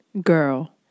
Girl